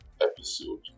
episode